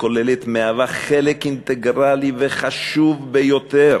כוללת מהווה חלק אינטגרלי וחשוב ביותר